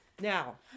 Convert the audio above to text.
Now